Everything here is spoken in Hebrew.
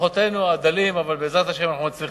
בכוחותינו הדלים, אבל בעזרת השם, אנחנו מצליחים.